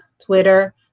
Twitter